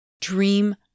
Dream